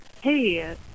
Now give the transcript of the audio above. hey